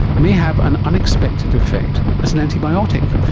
may have an unexpected affect as an antibiotic.